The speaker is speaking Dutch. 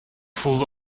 voelde